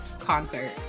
Concert